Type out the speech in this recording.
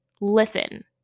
listen